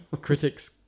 critics